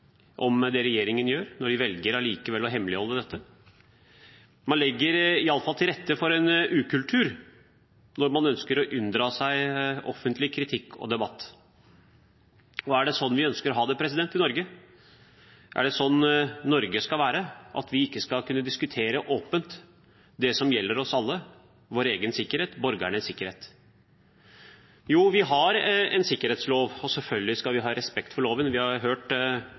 om det regjeringen gjør, når de allikevel velger å hemmeligholde dette. Man legger i alle fall til rette for en ukultur når man ønsker å unndra seg offentlig kritikk og debatt. Er det sånn vi ønsker å ha det i Norge? Er det sånn Norge skal være, at vi ikke skal kunne diskutere åpent det som gjelder oss alle: vår egen sikkerhet – borgernes sikkerhet? Jo, vi har en sikkerhetslov, og selvfølgelig skal vi ha respekt for loven. Vi har hørt